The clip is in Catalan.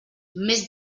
mes